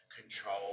control